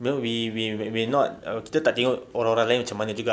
know we we may not kita tak tengok orang-orang lain macam mana juga